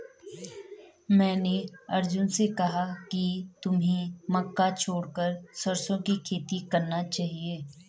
मैंने अर्जुन से कहा कि तुम्हें मक्का छोड़कर सरसों की खेती करना चाहिए